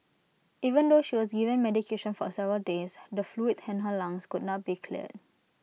even though she was given medication for several days the fluid in her lungs could not be cleared